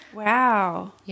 wow